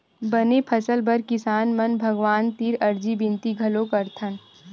बने फसल बर किसान मन भगवान तीर अरजी बिनती घलोक करथन